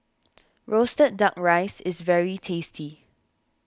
Roasted Duck Rice is very tasty